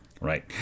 Right